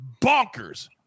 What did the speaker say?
bonkers